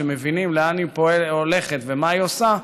כשמבינים לאן היא הולכת ומה היא עושה,